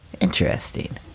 Interesting